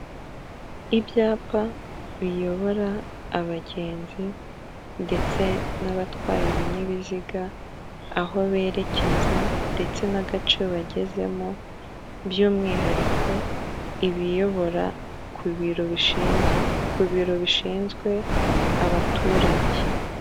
Ibyapa biyobora abagenzi ndetse n'abatwaye ibinyabiziga aho berekeza ndetse n'agace bagezemo by'umwihariko ibiyobora ku biro ku biro bishinzwe abaturage.